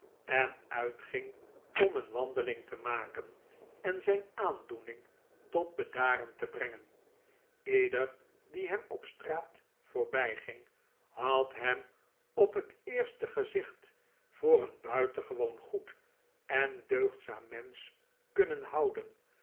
en uitging om een wandeling te maken en zijn aandoening tot bedaren te brengen ieder die hem op straat voorbijging had hem op het eerste gezicht voor een buitengewoon goed en deugdzaam mensch kunnen houden